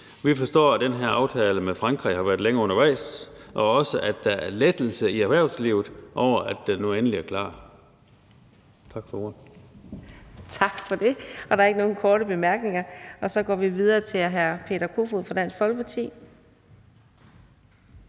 Vi forstår, at den her aftale med Frankrig har været længe undervejs, og også, at der er lettelse i erhvervslivet over, at den nu endelig er klar. Tak for ordet. Kl. 17:45 Fjerde næstformand (Karina Adsbøl): Tak for det. Der er ikke nogen korte bemærkninger, og så går vi videre til hr. Peter Kofod fra Dansk Folkeparti.